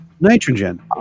Nitrogen